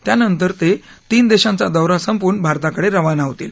त्यानंतर ते तीन देशांच्या दौरा संपवून भारताकडे रवाना होतील